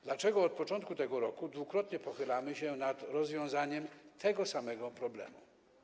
Dlaczego od początku tego roku dwukrotnie pochylamy się nad rozwiązaniem tego samego problemu?